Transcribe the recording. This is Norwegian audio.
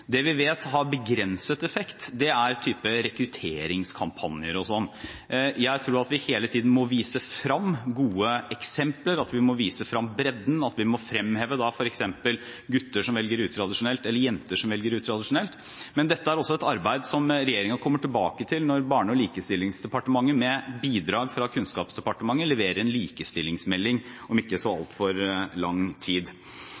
Det vi vet har begrenset effekt, er typen rekrutteringskampanjer og slikt. Jeg tror at vi hele tiden må vise frem gode eksempler, at vi må vise frem bredden, at vi må fremheve f.eks. gutter som velger utradisjonelt, eller jenter som velger utradisjonelt. Men dette er også et arbeid som regjeringen kommer tilbake til når Barne-, likestillings- og inkluderingsdepartementet, med bidrag fra Kunnskapsdepartementet, leverer en likestillingsmelding om ikke så altfor lang tid.